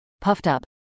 puffed-up